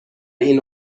این